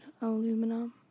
aluminum